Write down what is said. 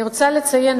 אני רוצה לציין,